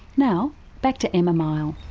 now back to emma miall.